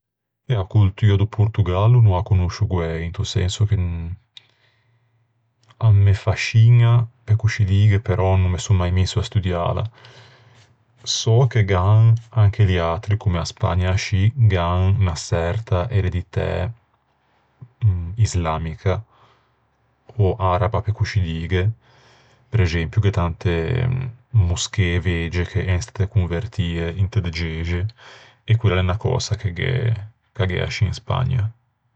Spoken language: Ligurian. E a coltua do Portugallo no â conoscio guæi, into senso che a me fasciña pe coscì dîghe, ma no me son mai misso à studiâla. Sò che gh'an anche liatri, comme a Spagna ascì, gh'an unna çerta ereditæ islamica, ò araba pe coscì dîghe. Prexempio gh'é tante moschee vege che en stæte convertie inte de gexe, e quella a l'é unna cösa che gh'é... ch'a gh'é ascì in Spagna.